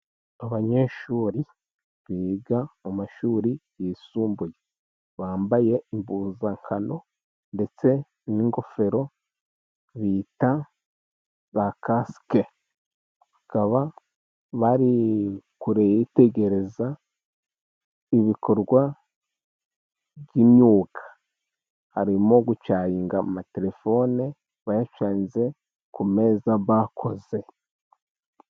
Abanyeshuri biga mu mashuri yisumbuye bambaye impuzankano, ndetse n'ingofero bita za Kasike, bakaba bari kure bitegereza ibikorwa by'imyuka, harimo gucaginga amaterefone, bayacayinze ku meza bakoze.